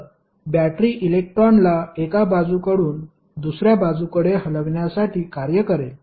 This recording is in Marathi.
तर बॅटरी इलेक्ट्रॉनला एका बाजूकडून दुसऱ्या बाजूकडे हलविण्यासाठी कार्य करेल